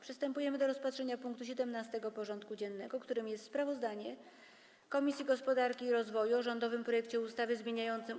Przystępujemy do rozpatrzenia punktu 17. porządku dziennego: Sprawozdanie Komisji Gospodarki i Rozwoju o rządowym projekcie ustawy zmieniającej